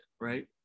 right